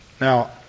Now